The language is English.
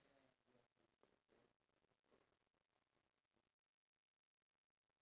um I would like to have cats in my home